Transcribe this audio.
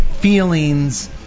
feelings